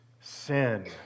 sin